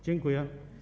Dziękuję.